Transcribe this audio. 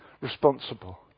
responsible